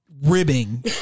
ribbing